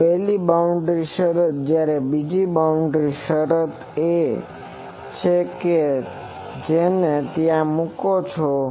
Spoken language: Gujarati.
તોઆ પહેલી બાઉન્ડ્રી શરત છે જ્યારે બીજી બાઉન્ડ્રી શરત એ છે કે જેને તમે ત્યાં મુકો છો